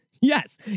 yes